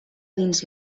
dins